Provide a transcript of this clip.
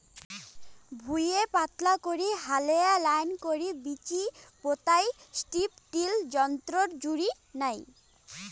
ভুঁইয়ে পাতলা করি হালেয়া লাইন করি বীচি পোতাই স্ট্রিপ টিল যন্ত্রর জুড়ি নাই